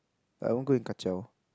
like I won't go and ka-ciao